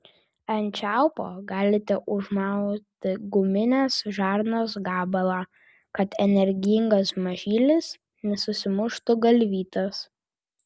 ant čiaupo galite užmauti guminės žarnos gabalą kad energingas mažylis nesusimuštų galvytės